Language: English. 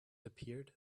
appeared